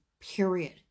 period